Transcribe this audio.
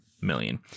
million